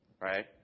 right